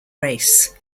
race